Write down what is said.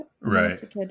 Right